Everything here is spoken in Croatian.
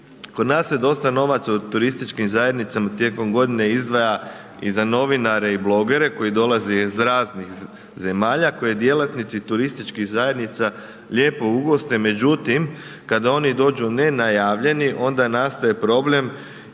Kod nas se dosta novaca u turističkim zajednicama tijekom godine izdvaja i za novinare i blogere koji dolaze iz raznih zemalja koje djelatnici turističkih zajednica lijepo ugoste međutim kada oni dođu nenajavljeni onda nastaje problem